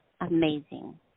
Amazing